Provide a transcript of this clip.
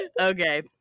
Okay